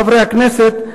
חברי הכנסת,